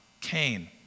Cain